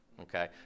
Okay